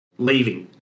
Leaving